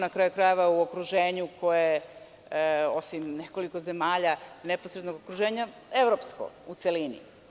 Na kraju krajeva, živimo u okruženju koje je, osim nekoliko zemalja neposrednog okruženja, evropsko u celini.